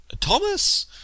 Thomas